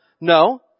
No